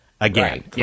again